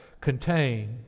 contain